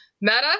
Meta